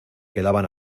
quedaban